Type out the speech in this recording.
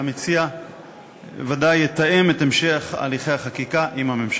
והמציע ודאי יתאם את המשך הליכי החקיקה עם הממשלה.